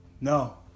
No